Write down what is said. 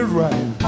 right